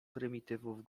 prymitywów